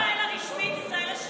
לא ישראל הרשמית, ישראל השנייה.